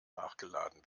nachgeladen